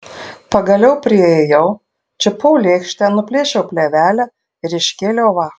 pagaliau priėjau čiupau lėkštę nuplėšiau plėvelę ir iškėliau vaflį